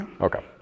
okay